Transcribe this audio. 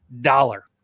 dollar